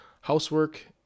housework